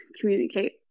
communicate